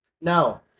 No